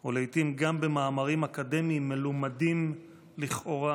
או לעיתים גם במאמרים אקדמיים מלומדים לכאורה,